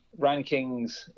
rankings